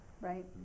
Right